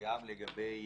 גם לגבי